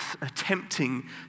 attempting